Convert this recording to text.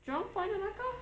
jurong point 的那个